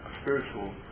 spiritual